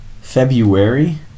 February